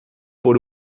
por